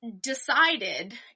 decided